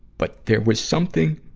but there was something